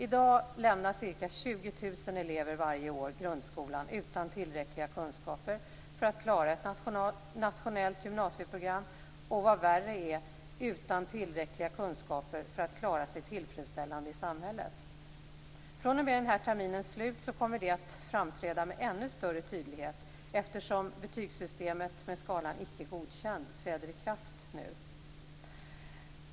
I dag lämnar ca 20 000 elever varje år grundskolan utan tillräckliga kunskaper för att klara ett nationellt gymnasieprogram och, vad värre är, utan tillräckliga kunskaper för att klara sig tillfredsställande i samhället. fr.o.m. denna termins slut kommer det att framträda med ännu större tydlighet, eftersom betygssystemet med betyget icke godkänd träder i kraft nu.